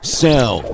sell